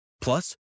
Plus